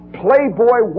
playboy